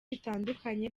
bitandukanye